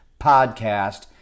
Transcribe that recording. podcast